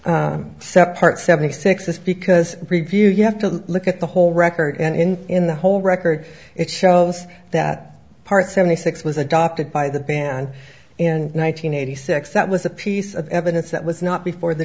sept part seventy six this because review you have to look at the whole record and in in the whole record it shows that part seventy six was adopted by the band in one nine hundred eighty six that was a piece of evidence that was not before the